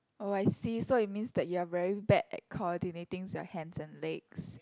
oh I see so it means that you are very bad at coordinating your hands and legs